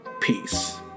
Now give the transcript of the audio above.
Peace